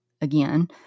again